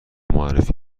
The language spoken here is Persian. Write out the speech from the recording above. معرفی